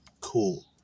Cool